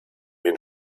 den